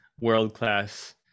world-class